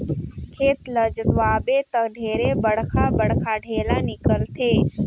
खेत ल जोतवाबे त ढेरे बड़खा बड़खा ढ़ेला निकलथे